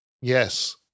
Yes